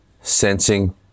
sensing